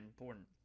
important